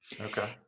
okay